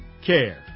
Care